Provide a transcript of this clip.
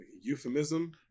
euphemism